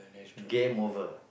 game over